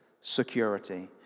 security